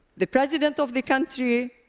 the president of the country,